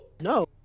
No